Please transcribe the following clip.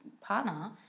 partner